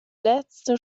letzte